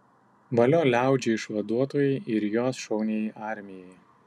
valio liaudžiai išvaduotojai ir jos šauniajai armijai